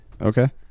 Okay